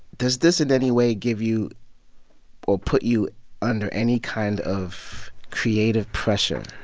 does this, in any way, give you or put you under any kind of creative pressure,